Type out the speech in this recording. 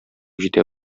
җитә